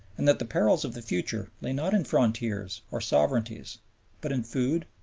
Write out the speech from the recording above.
and that the perils of the future lay not in frontiers or sovereignties but in food,